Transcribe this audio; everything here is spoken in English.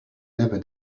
never